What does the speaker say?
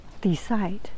decide